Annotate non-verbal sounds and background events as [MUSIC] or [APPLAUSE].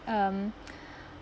um [BREATH]